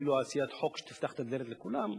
כאילו עשיית חוק שתפתח את הדלת לכולם,